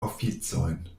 oficojn